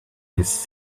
has